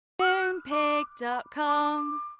MoonPig.com